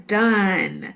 done